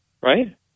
right